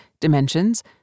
dimensions